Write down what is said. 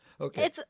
Okay